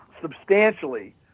substantially